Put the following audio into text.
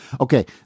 Okay